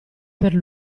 per